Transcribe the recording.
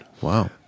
wow